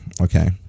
Okay